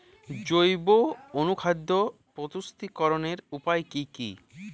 জৈব অনুখাদ্য প্রস্তুতিকরনের উপায় কী কী?